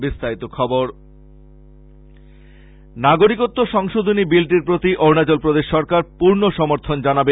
বিস্তারিত খবর নাগরিকত্ব সংশোধনী বিলটির প্রতি অরুনাচল প্রদেশ সরকার পূর্ণ সমর্থন জানাবে